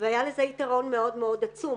והיה לזה יתרון מאוד עצום.